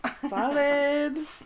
Solid